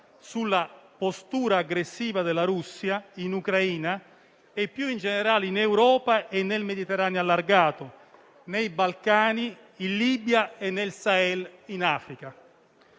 sulla postura aggressiva della Russia in Ucraina e, più in generale, in Europa e nel Mediterraneo allargato, nei Balcani, in Libia e nel Sahel, in Africa;